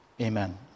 Amen